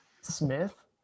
smith